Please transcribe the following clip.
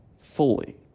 fully